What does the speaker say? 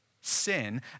Sin